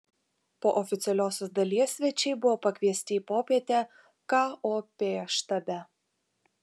po oficialiosios dalies svečiai buvo pakviesti į popietę kop štabe